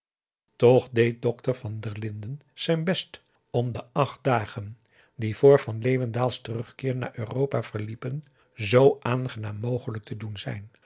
deed dokter van der linden zijn best om de acht dagen die vr van leeuwendaals terugkeer naar europa verliepen zoo aangenaam mogelijk te doen zijn